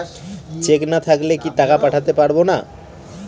Check না থাকলে কি টাকা পাঠাতে পারবো না?